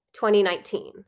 2019